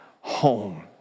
home